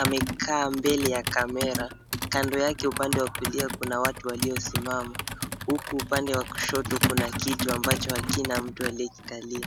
amekaa mbele ya kamera. Kando yake upande wa kulia kuna watu waliosimama, huku upande wa kushoto kuna kiti ambacho hakina mtu aliyekikalia.